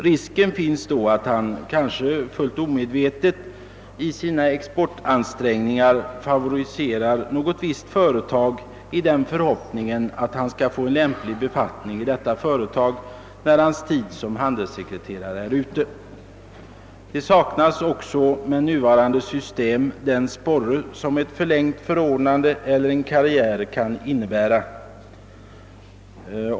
Risken finns då att han — kanske omedvetet — i sina exportansträngningar favoriserar något visst företag i den förhoppningen att han skall få en lämplig befattning i detta företag när hans tid som handelssekreterare är ute. Det saknas också med nuvarande system en sporre, som ett förlängt förordnande eller en karriär kan innebära.